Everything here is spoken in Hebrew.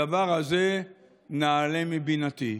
הדבר הזה נעלה מבינתי.